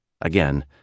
Again